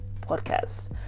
Podcast